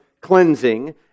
cleansing